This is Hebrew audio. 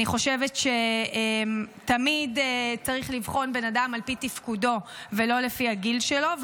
אני חושבת שתמיד צריך לבחון בן אדם על פי תפקודו ולא לפי הגיל שלו.